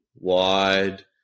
wide